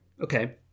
Okay